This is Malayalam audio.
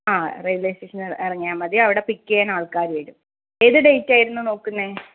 ആ റെയിവേ സ്റ്റേഷനിൽ എറ എറങ്ങിയാൽ മതി അവിടെ പിക്ക് ചെയ്യാൻ ആൾക്കാർ വരും ഏത് ഡേറ്റ് ആയിരുന്നു നോക്കുന്നത്